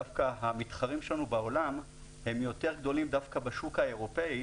דווקא המתחרים שלנו בעולם הם יותר גדולים דווקא בשוק האירופאי